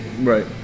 Right